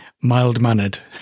mild-mannered